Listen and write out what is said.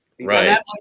right